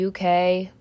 UK